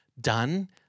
done